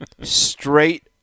straight